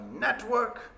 network